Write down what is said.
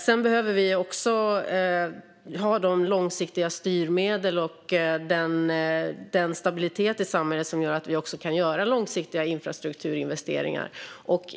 Sedan behöver vi också ha de långsiktiga styrmedel och den stabilitet i samhället som gör att vi kan göra långsiktiga infrastrukturinvesteringar.